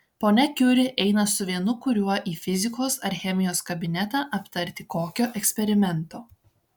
ponia kiuri eina su vienu kuriuo į fizikos ar chemijos kabinetą aptarti kokio eksperimento